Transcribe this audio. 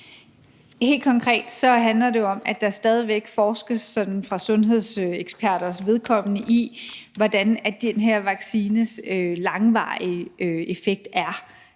Helt konkret handler det jo om, at der stadig væk sådan for sundhedseksperters vedkommende forskes i, hvordan den her vaccines langvarige effekt er.